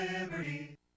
Liberty